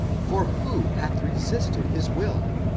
for who hath resisted his will?